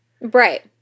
right